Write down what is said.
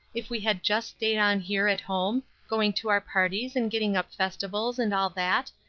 if we had just stayed on here at home, going to our parties and getting up festivals, and all that,